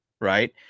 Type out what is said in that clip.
right